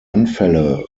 anfälle